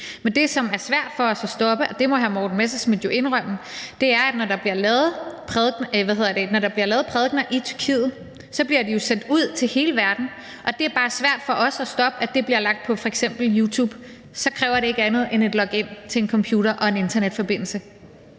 Men det, som er svært for os at stoppe – og det må hr. Morten Messerschmidt jo indrømme – handler om, at når der bliver lavet prædikener i Tyrkiet, bliver de sendt ud til hele verden, og det er bare svært for os at stoppe, at det bliver lagt på f.eks. YouTube. Så kræver det ikke andet end et login til en computer og en internetforbindelse.